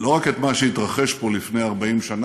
לא רק את מה שהתרחש פה לפני 40 שנה,